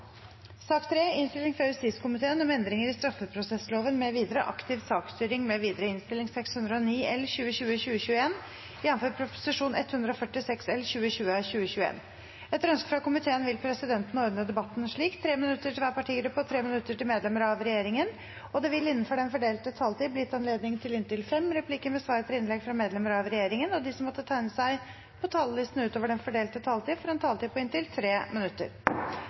slik: 3 minutter til hver partigruppe og 3 minutter til medlemmer av regjeringen. Videre vil det – innenfor den fordelte taletid – bli gitt anledning til inntil fem replikker med svar etter innlegg fra medlemmer av regjeringen, og de som måtte tegne seg på talerlisten utover den fordelte taletid, får også en taletid på inntil 3 minutter.